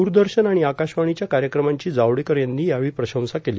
दरदर्शन आणि आकाशवाणीच्या कार्यक्रमांची जावडेकर यांनी यावेळी प्रशंसा केली